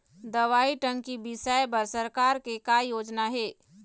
दवई टंकी बिसाए बर सरकार के का योजना हे?